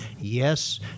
yes